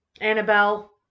Annabelle